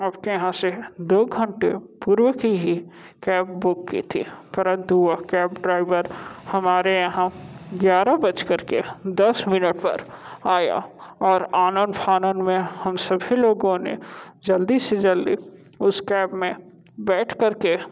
आपके यहाँ से दो घंटे पूर्व की हि कैब बुक की थी परंतु वह कैब ड्राइवर हमारे यहाँ ग्यारह बज करके दस मिनट पर आया और आनन फानन में हम सभी लोगों ने जल्दी से जल्दी उस कैब में बैठ करके